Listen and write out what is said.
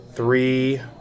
Three